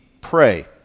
pray